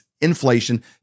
inflation